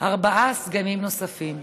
ארבעה סגנים נוספים.